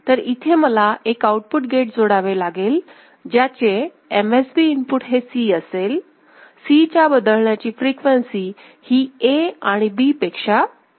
तर इथे मला एक आउटपुट गेट जोडावे लागेल ज्याचे MSB इनपुट हे C असेल Cच्या बदलण्याची फ्रिक्वेन्सी ही A आणि B पेक्षा कमी आहे